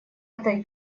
этой